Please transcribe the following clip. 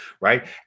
Right